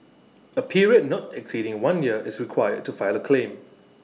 A period not exceeding one year is required to file A claim